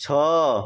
ଛଅ